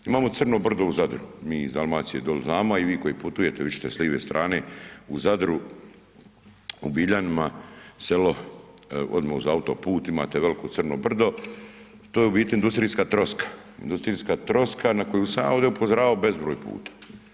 Imamo Crno brdo u Zadru, mi iz Dalmacije dolje znamo a i vi koji putujete, vidjet ćete s lijeve strane u Zadru, u Biljanima, selo odmah uz autoput, imate veliko Crno brdo, to je u biti industrijska troska, industrijska troska na koju sam ja ovdje upozoravao bezbroj puta.